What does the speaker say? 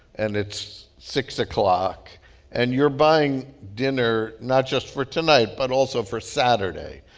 and it's six o'clock and you're buying dinner not just for tonight but also for saturday.